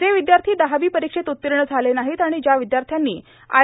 जे विद्यार्थी दहावी परीक्षेत उत्तीर्ण झाले नाहीत आणि ज्या विद्यार्थ्यांनी आय